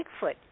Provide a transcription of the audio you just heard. Bigfoot